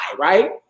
right